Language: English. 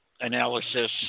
analysis